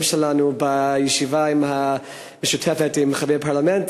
שלנו בישיבה המשותפת עם חברי הפרלמנט,